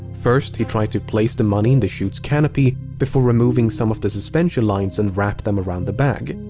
first, he tried to place the money in the chute's canopy before removing some of the suspension lines and wrapped them around the bag.